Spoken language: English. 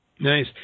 Nice